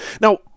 Now